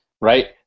right